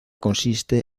consiste